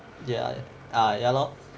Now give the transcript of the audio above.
ya ah lor